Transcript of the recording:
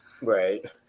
right